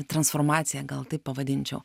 transformaciją gal taip pavadinčiau